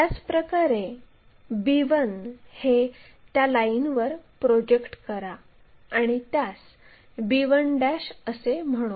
त्याचप्रकारे b1 हे त्या लाईनवर प्रोजेक्ट करा आणि त्यास b1 असे म्हणू